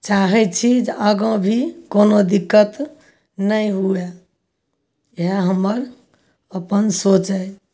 चाहै छी जे आगाँ भी कोनो दिक्कत नहि हुए इएह हमर अपन सोच अछि